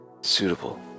suitable